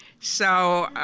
so